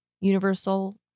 universal